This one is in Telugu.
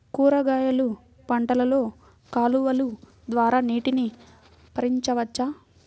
కూరగాయలు పంటలలో కాలువలు ద్వారా నీటిని పరించవచ్చా?